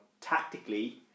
tactically